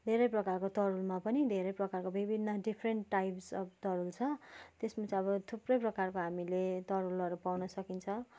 धेरै प्रकारको तरुलमा पनि धेरै प्रकारको विभिन्न डिफरेन्ट टाइप्स अफ् तरुल छ त्यसमा चाहिँ अब थुप्रै प्रकारको हामीले तरुलहरू पाउन सकिन्छ